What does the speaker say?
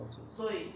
逻辑